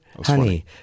Honey